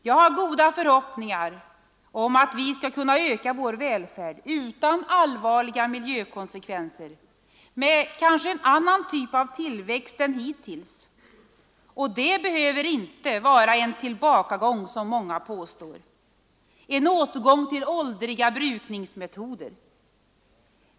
Jag har goda förhoppningar om att vi skall kunna öka vår välfärd utan allvarliga miljökonsekvenser med kanske en annan typ av tillväxt än hittills, och det behöver inte vara en tillbakagång som många påstår, en återgång till åldriga brukningsmetoder.